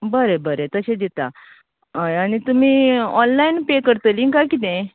बरें बरें तशें दिता हय आनी तुमी ऑनलायन पे करतलीं कांय कितें